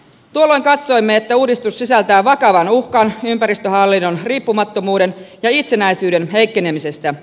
tuolloin katsoimme että uudistus sisältää vakavan uhkan ympäristöhallinnon riippumattomuuden ja itsenäisyyden heikkenemisestä